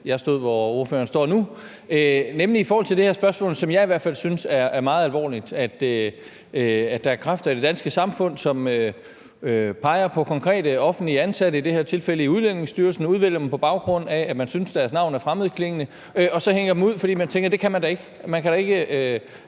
jeg stod, hvor ordføreren står nu, der handler om et spørgsmål, som jeg i hvert fald synes er meget alvorligt, nemlig at der er kræfter i det danske samfund, som peger på konkrete offentligt ansatte – i det her tilfælde i Udlændingestyrelsen – ansatte, som man udvælger på baggrund af, at man synes deres navn er fremmedklingende. Så hænger man dem ud, fordi man tænker, at man da altså ikke